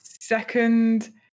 second